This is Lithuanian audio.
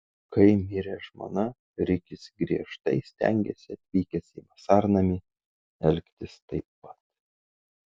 kai mirė žmona rikis griežtai stengėsi atvykęs į vasarnamį elgtis taip pat